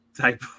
type